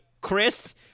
Chris-